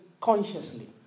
consciously